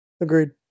Agreed